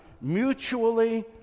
mutually